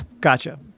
gotcha